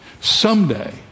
Someday